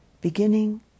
Beginning